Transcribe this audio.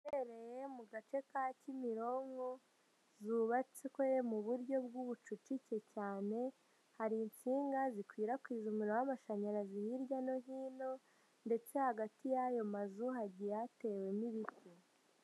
Inzu zihereye mu gace ka Kimironko, zubatswe mu buryo bw'ubucucike cyane, hari insinga zikwirakwiza umuriro w'amashanyarazi hirya no hino ndetse hagati y'ayo mazu hagiye yatewemo ibiti.